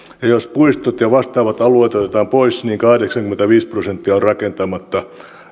ja jos puistot ja vastaavat alueet otetaan pois niin kahdeksankymmentäviisi prosenttia on rakentamatta